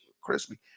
crispy